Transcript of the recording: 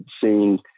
seeing